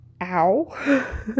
ow